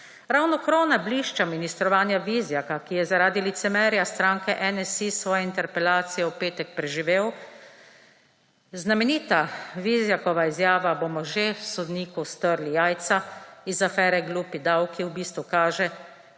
Ravno krona blišča ministrovanja Vizjaka, ki je zaradi licemerja stranke NSi svojo interpelacijo v petek preživel, znamenita Vizjakova izjava, »bomo že sodniku strli jajca«, iz afere Glupi davki v bistvu kaže,